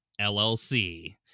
LLC